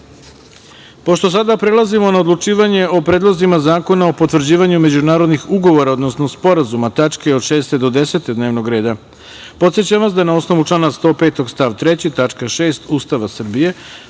smo sada prelazimo na odlučivanje o predlozima zakona o potvrđivanjima međunarodnih ugovora, odnosno sporazuma ( tačke od 6. do 10. dnevnog reda), podsećam vas da na osnovu člana 105. stav 3. tačka 6. Ustava Srbije,